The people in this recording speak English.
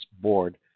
Board